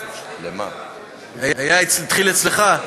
התחיל אצלך,